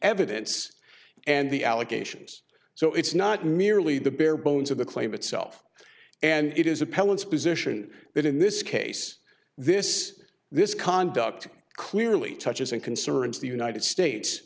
evidence and the allegations so it's not merely the bare bones of the claim itself and it is appellants position that in this case this this conduct clearly touches and concerns the united states